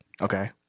okay